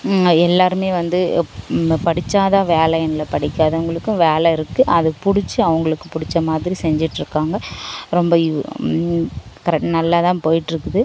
எல்லோருமே வந்து படிச்சால் தான் வேலை இல்லை படிக்காதவங்களுக்கும் வேலை இருக்குது அது பிடிச்சி அவங்களுக்கு பிடிச்ச மாதிரி செஞ்சுட்ருக்காங்க ரொம்ப அப்புறம் நல்லா தான் போயிட்டு இருக்குது